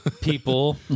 people